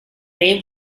name